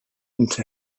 into